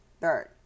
Third